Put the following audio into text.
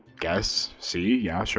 guess? c? yeah? sure?